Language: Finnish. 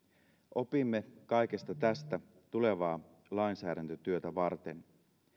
opimme kaikesta tästä tulevaa lainsäädäntötyötä varten